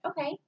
Okay